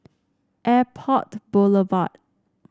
Airport Boulevard